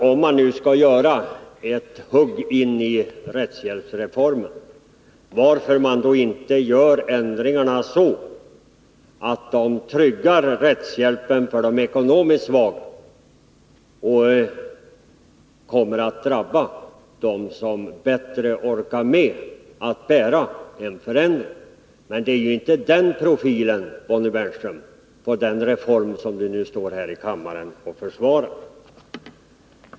Om man skall göra ett hugg in i rättshjälpsreformen frågar jag mig varför man inte gör ändringarna så att de tryggar rättshjälpen för de ekonomiskt svaga och drabbar dem som bättre orkar bära den börda de kan innebära. Men det är inte den profilen på reformen som Bonnie Bernström står här i kammaren och försvarar.